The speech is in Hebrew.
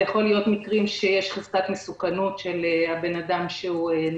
זה יכול להיות במקרים שיש בהם חזקת מסוכנות של האדם שנעצר,